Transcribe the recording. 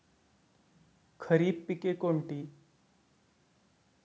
खरीप पिके कोणती?